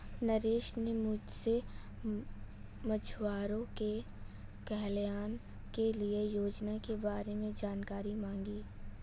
नरेश ने मुझसे मछुआरों के कल्याण के लिए योजना के बारे में जानकारी मांगी